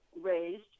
raised